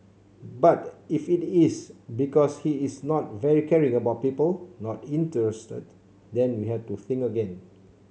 but if it is because he is not very caring about people not interested then we have to think again